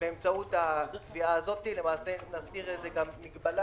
באמצעות הקביעה הזאת אנחנו נסיר מגבלה